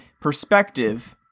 perspective